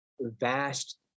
vast